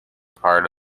part